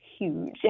huge